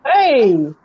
Hey